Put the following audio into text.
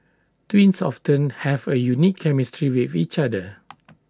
twins often have A unique chemistry with each other